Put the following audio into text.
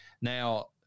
Now